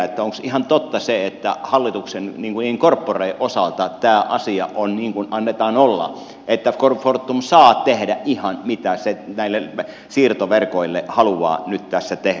onko ihan totta se että hallituksen in corpore osalta tämä asia on niin kuin annetaan olla että fortum saa tehdä ihan mitä se näille siirtoverkoille haluaa nyt tässä tehdä